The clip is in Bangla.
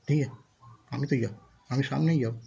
ঠিক আছে আমি তো এই যাব আমি সামনেই যাব